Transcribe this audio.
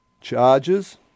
charges